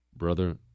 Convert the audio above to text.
Brother